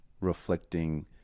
reflecting